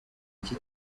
iki